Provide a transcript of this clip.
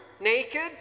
naked